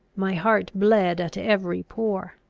my heart bled at every pore.